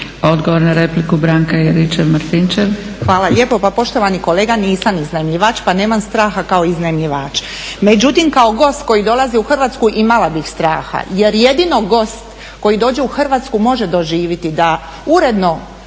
**Juričev-Martinčev, Branka (HDZ)** Hvala lijepo. Pa poštovani kolega nisam iznajmljivač pa nemam straha kao iznajmljivači, međutim kao gost koji dolazi u Hrvatsku imala bih straha jer jedino gost koji dođe u Hrvatsku može doživiti da uredno